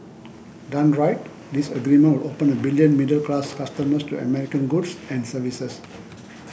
done right this agreement will open a billion middle class customers to American goods and services